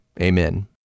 Amen